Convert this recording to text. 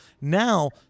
Now